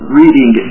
reading